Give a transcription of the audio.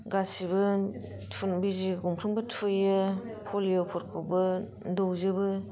गासिबो तुन बिजि गंफ्रोमबो थुयो पलिअफोरखौबो दौजोबो